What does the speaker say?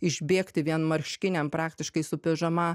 išbėgti vienmarškiniam praktiškai su pižama